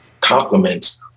compliments